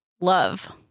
love